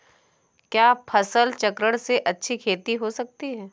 क्या फसल चक्रण से अच्छी खेती हो सकती है?